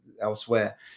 elsewhere